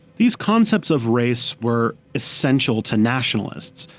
these concepts of race were essential to nationalists,